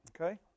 Okay